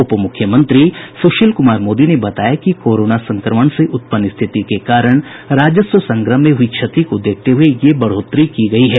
उप मुख्यमंत्री सुशील कुमार मोदी ने बताया कि कोरोना संक्रमण से उत्पन्न स्थिति के कारण राजस्व संग्रह में हुई क्षति को देखते हुए यह बढ़ोत्तरी की गयी है